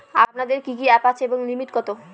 আপনাদের কি কি অ্যাপ আছে এবং লিমিট কত?